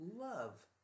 love